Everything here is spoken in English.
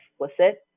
explicit